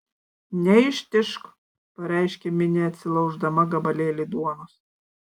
neištižk pareiškė minė atsilauždama gabalėlį duonos